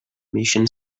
mission